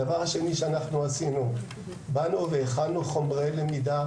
הדבר השני שעשינו: הכנו חומרי למידה,